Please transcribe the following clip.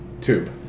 tube